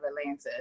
Atlanta